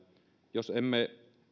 jos emme